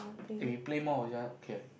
if he play more ya okay